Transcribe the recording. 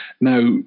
Now